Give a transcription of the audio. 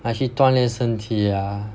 like 去锻炼身体 ah